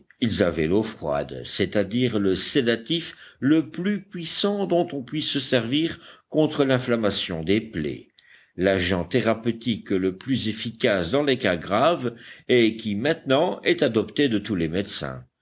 ils avaient l'eau froide c'est-à-dire le sédatif le plus puissant dont on puisse se servir contre l'inflammation des plaies l'agent thérapeutique le plus efficace dans les cas graves et qui maintenant est adopté de tous les médecins